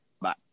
Bye